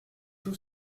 tout